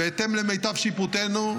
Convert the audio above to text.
בהתאם למיטב שיפוטנו.